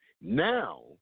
Now